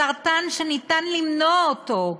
סרטן שניתן למנוע אותו.